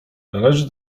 należy